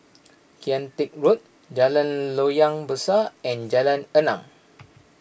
Kian Teck Road Jalan Loyang Besar and Jalan Enam